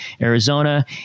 Arizona